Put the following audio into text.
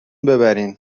ببرین